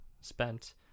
spent